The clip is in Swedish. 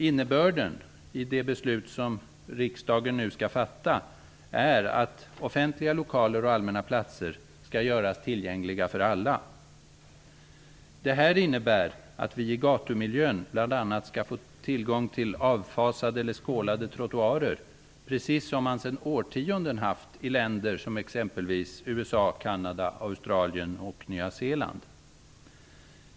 Innebörden i det beslut som riksdagen nu skall fatta är att offentliga lokaler och allmänna platser skall göras tillgängliga för alla. Det innebär att vi i gatumiljön bl.a. skall få tillgång till avfasade eller skålade trottoarer, precis som man i årtionden haft i länder som exempelvis USA, Kanada, Australien och Nya Zeeland.